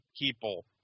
people